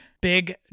big